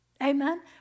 amen